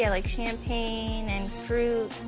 yeah like, champagne and fruit.